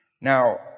Now